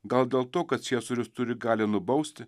gal dėl to kad ciesorius turi galią nubausti